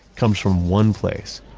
comes from one place.